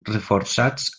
reforçats